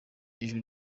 ijwi